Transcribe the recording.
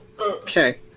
Okay